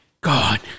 god